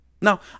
Now